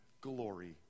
glory